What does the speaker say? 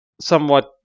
somewhat